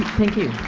thank you.